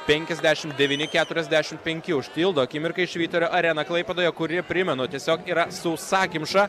penkiasdešimt devyni keturiasdešimt penki užtildo akimirkai švyturio areną klaipėdoje kuri primenu tiesiog yra sausakimša